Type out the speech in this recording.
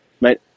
mate